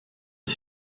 est